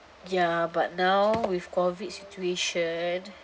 ya but now with COVID situation